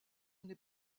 n’est